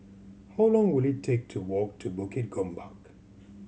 how long will it take to walk to Bukit Gombak